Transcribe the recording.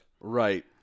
Right